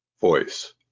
voice